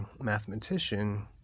mathematician